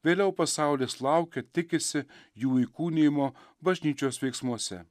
vėliau pasaulis laukia tikisi jų įkūnijimo bažnyčios veiksmuose